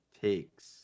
takes